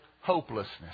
hopelessness